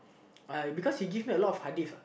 uh because he give me a lot of hadith ah